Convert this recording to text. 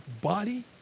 body